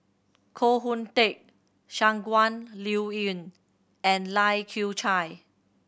Koh Hoon Teck Shangguan Liuyun and Lai Kew Chai